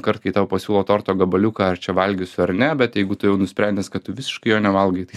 kart kai tau pasiūlo torto gabaliuką ar čia valgysiu ar ne bet jeigu tu jau nusprendęs kad tu visiškai jo nevalgai tai